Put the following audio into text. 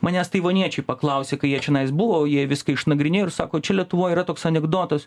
manęs taivaniečiai paklausė kai jie čianais buvo jie viską išnagrinėjo ir sako čia lietuvoj yra toks anekdotas